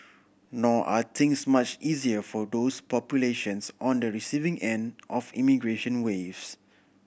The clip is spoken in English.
nor are things much easier for those populations on the receiving end of immigration waves